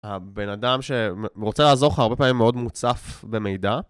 הבן אדם שרוצה לעזור כך הרבה פעמים מאוד מוצף במידע.